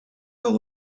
alors